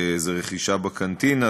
רכישה בקנטינה,